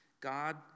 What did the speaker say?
God